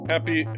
Happy